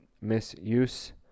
misuse